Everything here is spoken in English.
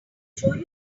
show